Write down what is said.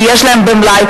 כי יש להם במלאי,